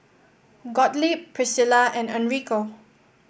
Gottlieb Priscilla and Enrico